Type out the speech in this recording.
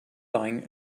lying